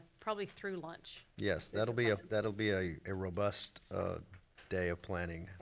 probably through lunch. yes, that'll be ah that'll be a a robust day of planning.